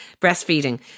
breastfeeding